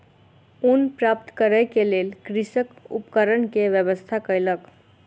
ऊन प्राप्त करै के लेल कृषक उपकरण के व्यवस्था कयलक